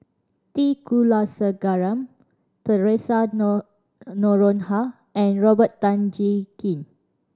T Kulasekaram Theresa Noronha and Robert Tan Jee Keng